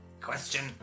Question